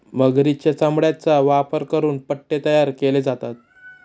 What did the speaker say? मगरीच्या चामड्याचा वापर करून पट्टे तयार केले जातात